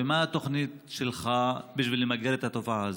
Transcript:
מה התוכנית שלך בשביל למגר את התופעה הזאת?